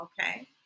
okay